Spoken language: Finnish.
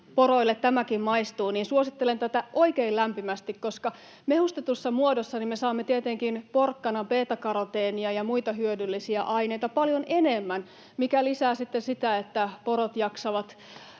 poroille tämäkin maistuu, niin suosittelen tätä oikein lämpimästi, koska mehustetussa muodossa me saamme tietenkin porkkanan beetakaroteenia ja muita hyödyllisiä aineita paljon enemmän, mikä lisää sitten sitä, että porot jaksavat